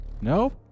No